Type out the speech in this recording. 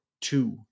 two